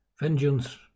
Vengeance